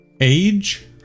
age